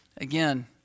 again